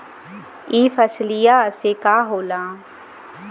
ई फसलिया से का होला?